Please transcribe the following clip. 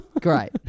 great